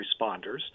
responders